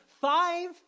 five